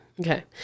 Okay